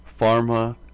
pharma